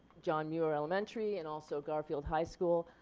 john muir elementary and also garfield high school.